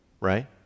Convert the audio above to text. right